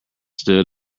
stood